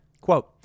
Quote